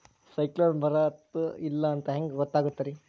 ಸೈಕ್ಲೋನ ಬರುತ್ತ ಇಲ್ಲೋ ಅಂತ ಹೆಂಗ್ ಗೊತ್ತಾಗುತ್ತ ರೇ?